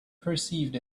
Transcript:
perceived